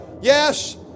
Yes